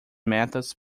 metas